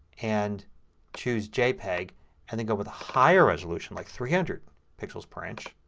and choose jpeg and then go with a higher resolution, like three hundred pixels per inch,